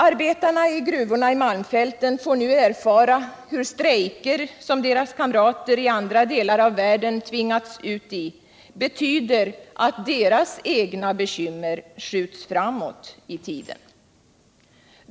Arbetarna i gruvorna i malmfälten får nu erfara hur strejker, som deras kamrater i andra delar av världen tvingats ut i, betyder att deras egna bekymmer skjuts framåt i tiden.